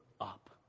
up